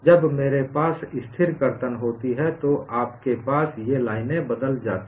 जब मेरे पास स्थिर कर्तन होती है तो आपके पास ये लाइनें बदल जाती हैं